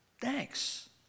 Thanks